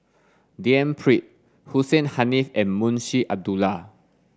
D N Pritt Hussein Haniff and Munshi Abdullah